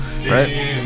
Right